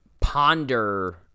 ponder